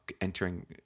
entering